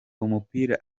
umupira